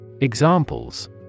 Examples